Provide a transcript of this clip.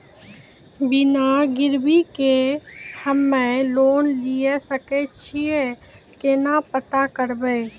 बिना गिरवी के हम्मय लोन लिये सके छियै केना पता करबै?